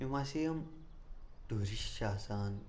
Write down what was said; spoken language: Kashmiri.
یِم ہاسے یِم ٹوٗرِسٹ چھِ آسان